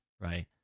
right